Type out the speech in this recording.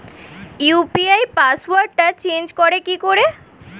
UPI পাসওয়ার্ডটা change করে কি করে?